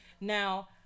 Now